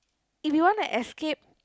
if you wanna escape